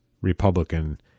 Republican